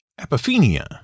apophenia